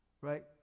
right